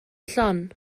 llon